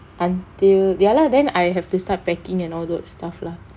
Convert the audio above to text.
until ya lah then I have to start packing and all those stuff lah